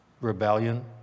rebellion